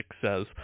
says